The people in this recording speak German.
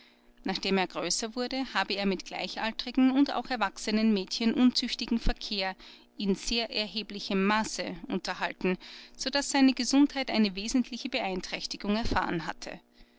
nachdem er größer wurde habe er mit gleichaltrigen und auch erwachsenen mädchen unzüchtigen verkehr in sehr erheblichem maße unterhalten so daß seine gesundheit eine wesentliche beeinträchtigung erfahren hatte